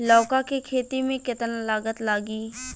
लौका के खेती में केतना लागत लागी?